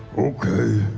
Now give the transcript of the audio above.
okay,